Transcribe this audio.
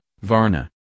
Varna